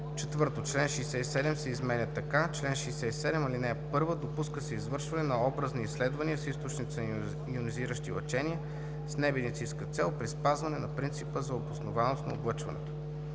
4. Чл. 67 се изменя така: „Чл. 67. (1) Допуска се извършване на образни изследвания с източници на йонизиращи лъчения с немедицинска цел при спазване на принципа за обоснованост на облъчването.